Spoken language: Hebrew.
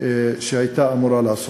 שהיא הייתה אמורה לעשות.